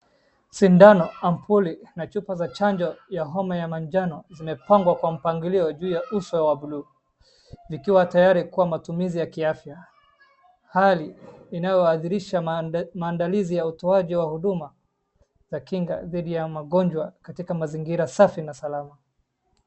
Sindano, ampuli na chupa za chanjo ya wa manjano zimepangwa kwa mpangilio juu ya uso wa buluu zikiwa tayari kwa matumizi wa kiafya hali inayoashiria maandalizi ya utoaji wa huduma ya kinga dhidi ya magonjwa katika mazingira safi na salama.